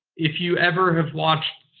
if you ever have watched,